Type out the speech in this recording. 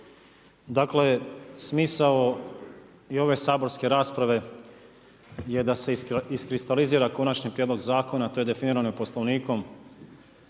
dakle smisao i ove saborske rasprave je da se iskristalizira konačni prijedlog zakona. To je definirano i Poslovnikom.